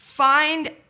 Find